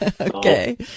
Okay